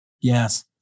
Yes